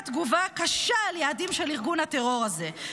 תגובה קשה על יעדים של ארגון הטרור הזה,